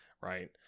Right